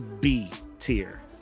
B-tier